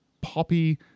poppy